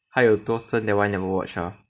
还有多深 that one never watch lah